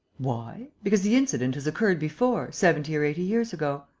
why? because the incident has occurred before, seventy or eighty years ago.